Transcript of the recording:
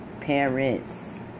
parents